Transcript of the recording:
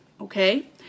Okay